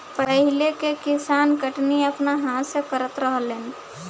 पहिले के किसान कटनी अपना हाथ से करत रहलेन